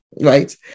right